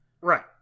Right